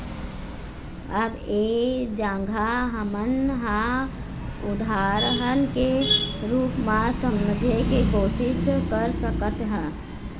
अब ऐ जघा हमन ह उदाहरन के रुप म समझे के कोशिस कर सकत हन